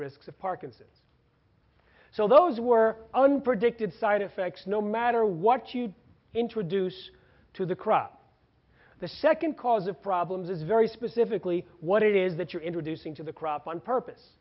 risks of parkinson's so those were unpredicted side effects no matter what you introduce to the crop the second cause of problems is very specifically what it is that you're introducing to the crop on purpose